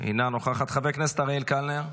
אינה נוכחת, חבר הכנסת אריאל קלנר,